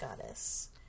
goddess